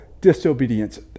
disobedience